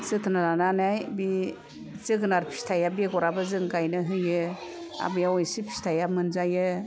जथ्न' लानानै बे जोगोनार फिथाइआबो बेगराबो जों गायनानै होयो आर बेव एसे फिथाइआ मोनजायो